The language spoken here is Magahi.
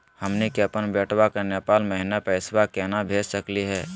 हमनी के अपन बेटवा क नेपाल महिना पैसवा केना भेज सकली हे?